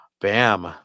bam